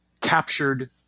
captured